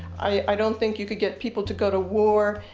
i don't think you can get people to go to war,